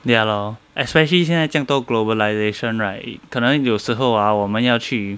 ya lor especially 现在这样多 globalisation right 可能有时候啊我们要去